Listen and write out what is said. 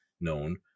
known